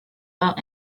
out